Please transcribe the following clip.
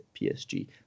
PSG